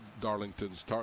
Darlington's